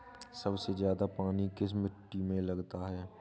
सबसे ज्यादा पानी किस मिट्टी में लगता है?